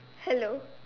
hello